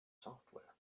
software